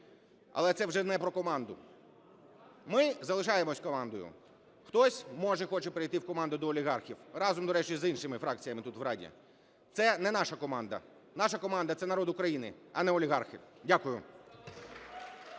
Але це вже не про команду. Ми залишаємося командою. Хтось, може, хоче перейти в команду до олігархів, разом, до речі, з іншими фракціями тут в Раді – це не наша команда. Наша команда – це народ України, а не олігархи. Дякую.